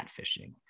catfishing